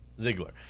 Ziegler